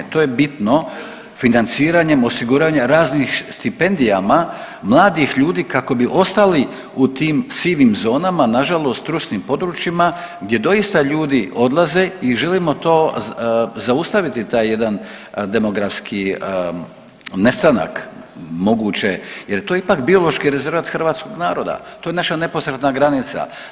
To je bitno financiranjem osiguranja raznih stipendijama mladih ljudi kako bi ostali u tim sivim zonama nažalost trusnim područjima gdje doista ljudi odlaze i želimo to, zaustaviti taj jedan demografski nestanak moguće jer to je ipak biološki rezervat hrvatskog naroda, to je naša neposredna granica.